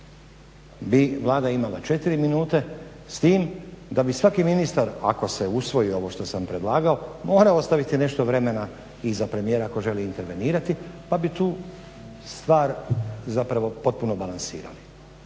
bi Vlada imala 4 minute s tim da bi svaki ministar ako se usvoji ovo što sam predlagao, morao ostaviti i nešto vremena i za premijera ako želi intervenirati pa bi tu stvar zapravo potpuno balansirali.